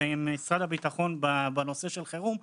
ועם משרד הביטחון בנושא של חירום,